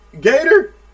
Gator